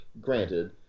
granted